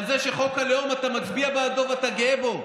על זה שאתה מצביע בעד חוק הלאום ואתה גאה בו,